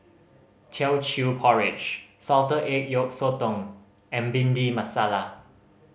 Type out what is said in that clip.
Teochew Porridge salted egg yolk sotong and Bhindi Masala